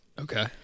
Okay